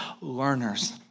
learners